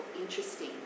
interesting